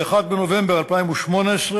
ל-1 בנובמבר 2018,